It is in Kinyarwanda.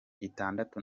itandatu